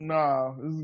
Nah